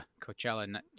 Coachella